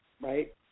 right